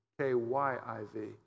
K-Y-I-V